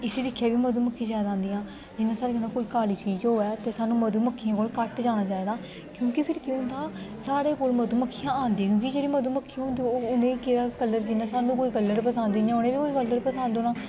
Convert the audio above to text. इसी दिक्खियै बी मधुमक्खी ज्याादा आंदियां जियां साडे कन्ने कोई काली चीज होऐ ते सानू मधुमक्खियें कोल घट्ट जाना चाहिदा क्योकि फिर केह् होंदा साढ़े कोल मधुमक्खिया आंदी क्योकि जेहडी मधुमक्खी होंदी ओह उंहे गी केह्ड़ा कलर जियां सानू कोई कलर पसंद ऐ ते इयां गै उंहे गी बी कोई कलर पसंद होना